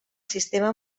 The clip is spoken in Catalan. sistema